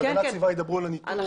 יש תקלות שהן טעויות אנוש.